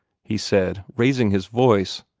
he said, raising his voice.